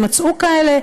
אם יימצאו כאלה,